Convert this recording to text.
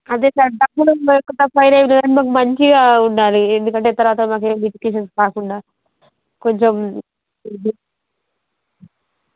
అదే సార్ మంచిగా ఉండాలి ఎందుకంటే తర్వాత మాకు ఏం వెరీఫికేషన్స్ రాకుండా కొంచెం